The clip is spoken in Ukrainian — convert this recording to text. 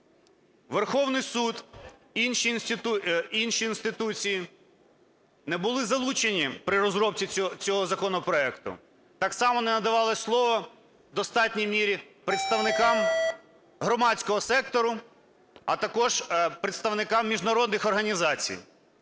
Верховний Суд, інші інституції не були залучені при розробці цього законопроекту, так само не надавали слова в достатній мірі представникам громадського сектору, а також представникам міжнародних організацій.